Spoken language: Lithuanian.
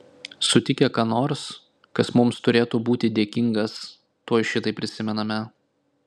sutikę ką nors kas mums turėtų būti dėkingas tuoj šitai prisimename